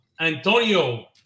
Antonio